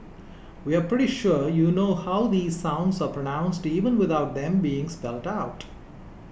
we are pretty sure you know how these sounds are pronounced even without them being spelled out